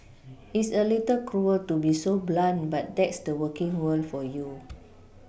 it's a little cruel to be so blunt but that's the working world for you